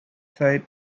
side